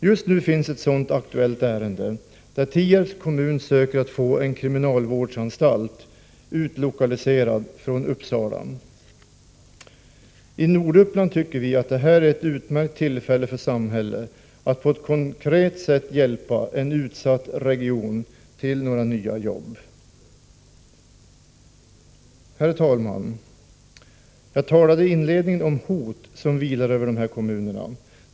Just nu finns ett sådant aktuellt ärende, där Tierps kommun vill få en kriminalvårdsanstalt utlokaliserad från Uppsala. I Norduppland tycker vi att detta är ett utmärkt tillfälle för samhället att på ett konkret sätt hjälpa en utsatt region till några nya jobb. Herr talman! Jag talade i inledningen om hot som vilar över dessa kommuner.